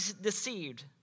deceived